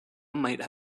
might